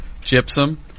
gypsum